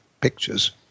pictures